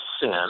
sin